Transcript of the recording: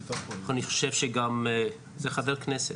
אני חושב שגם זה ח"כ,